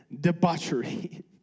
debauchery